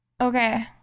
Okay